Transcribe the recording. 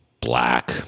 black